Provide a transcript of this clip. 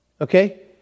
Okay